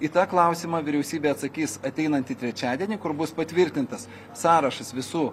į tą klausimą vyriausybė atsakys ateinantį trečiadienį kur bus patvirtintas sąrašas visų